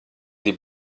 die